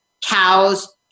Cows